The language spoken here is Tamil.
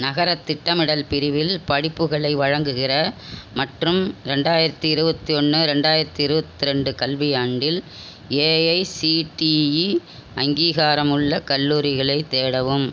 நகரத் திட்டமிடல் பிரிவில் படிப்புகளை வழங்குகிற மற்றும் ரெண்டாயிரத்து இருபத்தியொன்னு ரெண்டாயிரத்து இருபத்திரெண்டு கல்வியாண்டில் ஏஐசிடிஇ அங்கீகாரமுள்ள கல்லூரிகளைத் தேடவும்